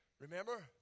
Remember